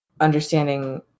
understanding